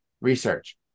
research